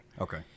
Okay